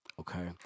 okay